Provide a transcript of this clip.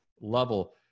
level